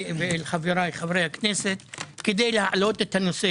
ולחבריי חברי הכנסת כדי להעלות את הנושא,